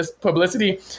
publicity